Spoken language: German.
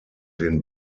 den